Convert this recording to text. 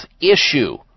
issue